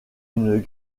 une